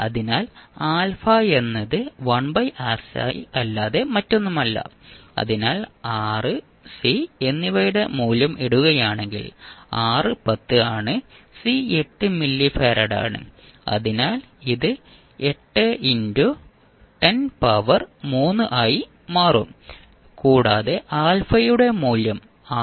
അതിനാൽ α എന്നത് 1RC അല്ലാതെ മറ്റൊന്നുമല്ല അതിനാൽ R C എന്നിവയുടെ മൂല്യം ഇടുകയാണെങ്കിൽ R 10 ആണ് C 8 മില്ലി ഫാരഡാണ് അതിനാൽ ഇത് 8 ഇന്റു 10 പവർ 3 ആയി മാറും കൂടാതെ α യുടെ മൂല്യം 6